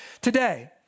today